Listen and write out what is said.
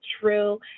true